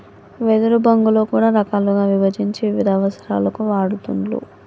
వెదురు బొంగులో కూడా రకాలుగా విభజించి వివిధ అవసరాలకు వాడుతూండ్లు